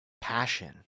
passion